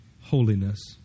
holiness